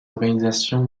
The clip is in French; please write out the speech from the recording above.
organisations